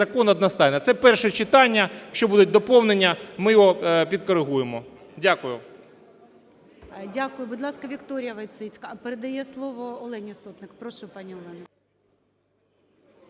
закон одностайно. Це перше читання. Якщо будуть доповнення, ми його підкорегуємо. Дякую. ГОЛОВУЮЧИЙ. Дякую. Будь ласка, Вікторія Войціцька передає слово Олені Сотник. Прошу, пані Олена.